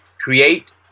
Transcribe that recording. create